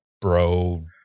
bro